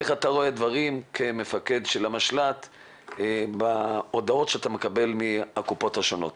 איך אתה רואה את הדברים כמפקד המשלט בהודעות שאתה מקבל מהקופות השונות.